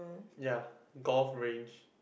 ya golf range